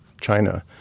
China